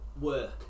work